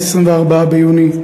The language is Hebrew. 24 ביוני,